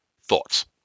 Thoughts